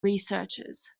researchers